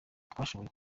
twashoboye